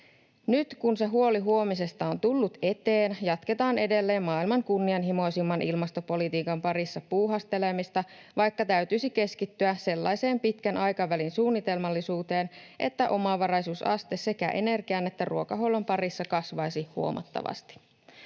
Nyt kun se huoli huomisesta on tullut eteen, jatketaan edelleen maailman kunnianhimoisimman ilmastopolitiikan parissa puuhastelemista, vaikka täytyisi keskittyä sellaiseen pitkän aikavälin suunnitelmallisuuteen, että omavaraisuusaste sekä energian että ruokahuollon parissa kasvaisi huomattavasti.